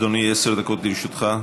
בבקשה, אדוני, עשר דקות לרשותך.